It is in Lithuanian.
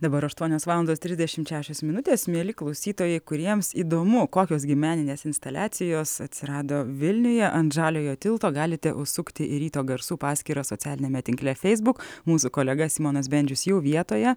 dabar aštuonios valandos trisdešimt šešios minutės mieli klausytojai kuriems įdomu kokios gi meninės instaliacijos atsirado vilniuje ant žaliojo tilto galite užsukti į ryto garsų paskyrą socialiniame tinkle feisbuk mūsų kolega simonas bendžius jau vietoje